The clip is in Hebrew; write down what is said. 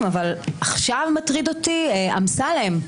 אבל עכשיו מטריד אותי אמסלם.